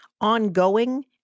ongoing